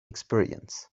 experience